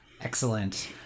Excellent